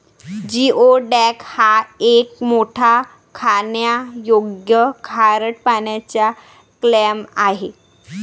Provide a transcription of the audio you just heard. geoduck हा एक मोठा खाण्यायोग्य खारट पाण्याचा क्लॅम आहे